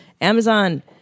Amazon